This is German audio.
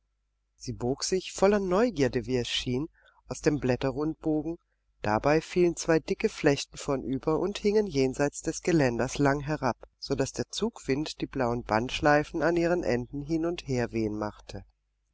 sie bog sich voller neugierde wie es schien aus dem blätterrundbogen dabei fielen zwei dicke flechten vornüber und hingen jenseits des geländers lang herab so daß der zugwind die blauen bandschleifen an ihren enden hin und her wehen machte